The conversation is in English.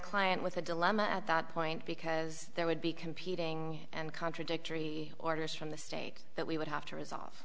client with a dilemma at that point because there would be competing and contradictory orders from the state that we would have to resolve